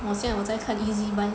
我现在我在看 Ezbuy